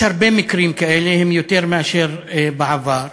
יש הרבה מקרים כאלה, יותר מאשר בעבר.